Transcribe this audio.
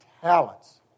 talents